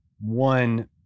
one